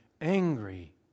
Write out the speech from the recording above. angry